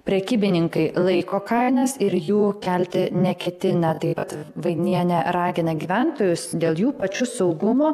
prekybininkai laiko kainas ir jų kelti neketina taip pat vainienė ragina gyventojus dėl jų pačių saugumo